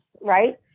right